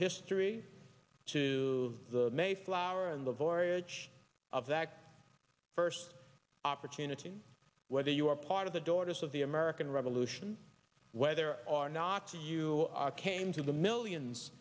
history to the mayflower and the voyage of that first opportunity whether you are part of the daughters of the american revolution whether or not to you came to the millions